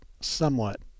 somewhat